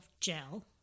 gel